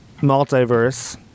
multiverse